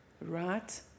Right